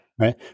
Right